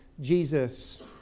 Jesus